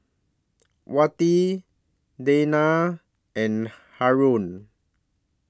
Wati Dayna and Haron